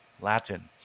Latin